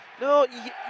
No